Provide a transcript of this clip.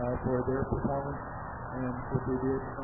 ah for their performance and what they did.